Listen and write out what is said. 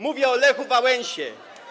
Mówię o Lechu Wałęsie.